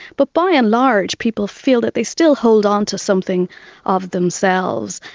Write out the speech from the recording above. but by and large people feel that they still hold onto something of themselves.